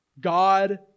God